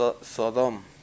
Sodom